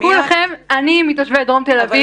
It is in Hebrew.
אני מתושבי דרום תל אביב.